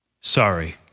Sorry